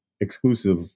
exclusive